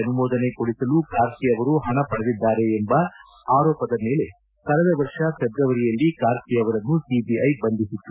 ಅನುಮೋದನೆ ಕೊಡಿಸಲು ಕಾರ್ತಿ ಅವರು ಪಣ ಪಡೆದಿದ್ಲಾರೆ ಎಂಬ ಆರೋಪದ ಮೇಲೆ ಕಳೆದ ವರ್ಷ ಫೆಬ್ರವರಿಯಲ್ಲಿ ಕಾರ್ತಿ ಅವರನ್ನು ಸಿಬಿಐ ಬಂಧಿಸಿತ್ತು